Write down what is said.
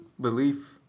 Belief